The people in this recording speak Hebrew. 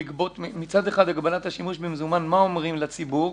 מצד אחד, בהגבלת השימוש במזומן, מה אומרים לציבור?